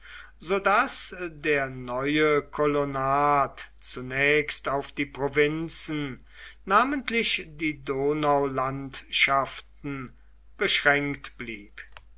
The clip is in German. so daß der neue kolonat zunächst auf die provinzen namentlich die donaulandschaften beschränkt blieb